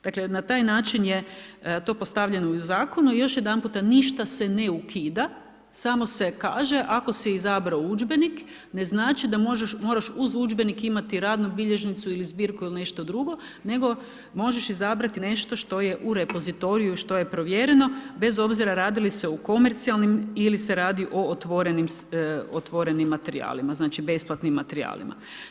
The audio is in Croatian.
Dakle, na taj način je to postavljeno i u zakonu i još jedanput ništa se ne ukida samo se kaže, ako si izabrao udžbenik ne znači da moraš uz udžbenik imati radnu bilježnicu ili zbirku ili nešto drugo, nego možeš izabrati nešto što je u repozitoriju što je provjereno, bez obzira radili se o komercijalnim ili se radi o otvorenim materijalima, znači besplatnim materijalima.